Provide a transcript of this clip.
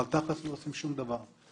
אבל תכל'ס לא עושים שום דבר.